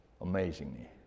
Amazingly